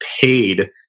paid